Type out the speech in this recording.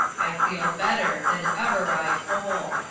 i feel better than ever i fole.